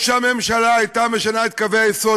או שהממשלה תשנה את קווי היסוד,